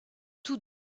tous